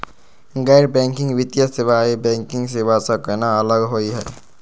गैर बैंकिंग वित्तीय सेवाएं, बैंकिंग सेवा स केना अलग होई हे?